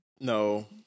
No